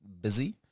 busy